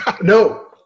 No